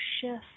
shift